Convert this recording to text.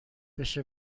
بشه